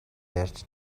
ярьж